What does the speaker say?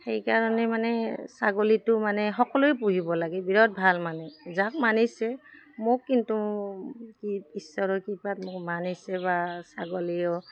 সেইকাৰণে মানে ছাগলীটো মানে সকলোৱে পুহিব লাগে বিৰাট ভাল মানে যাক মানিছে মোক কিন্তু কি ঈশ্বৰৰ কৃপাত মোক মানিছে বা ছাগলীয়েও